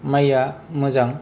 माइआ मोजां